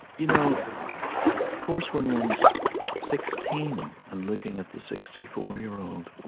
you know course when one's sixteen and looking at the sixty four year old,